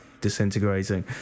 disintegrating